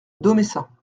domessin